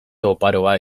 oparoa